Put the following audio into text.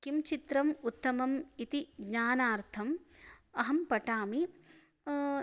किं चित्रम् उत्तमम् इति ज्ञानार्थम् अहं पठामि